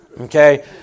Okay